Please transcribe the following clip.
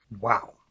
Wow